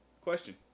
question